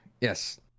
yes